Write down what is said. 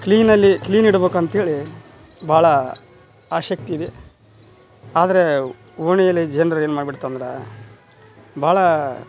ಕ್ಲೀನಲ್ಲಿ clean ಇಡಬೇಕು ಅಂತೇಳಿ ಭಾಳ ಆಸಕ್ತಿಯಿದೆ ಆದರೆ ಓಣಿಯಲ್ಲಿ ಜನ್ರು ಏನು ಮಾಡಿಬಿಡ್ತು ಅಂದ್ರೆ ಭಾಳ